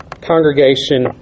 congregation